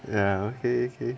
ya !hey! !hey!